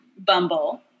Bumble